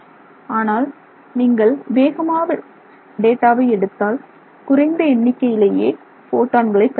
ஆனால் நீங்கள் வேகமாக டேட்டாவை எடுத்தால் குறைந்த எண்ணிக்கையிலேயே போட்டான்களை பெறமுடியும்